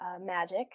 magic